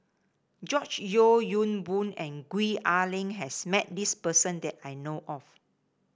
George Yeo Yong Boon and Gwee Ah Leng has met this person that I know of